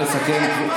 נא לסכם.